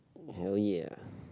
hell yeah